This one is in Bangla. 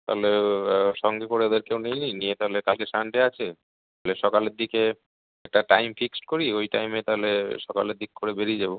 তাহলে সঙ্গে করে ওদেরকেও নিয়ে নিই নিয়ে তালে কালকে সানডে আছে সকালের দিকে একটা টাইম ফিক্সড করি ওই টাইমে তাহলে সকালের দিক করে বেরিয়ে যাবো